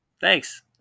Thanks